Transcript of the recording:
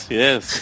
yes